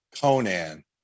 Conan